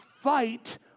fight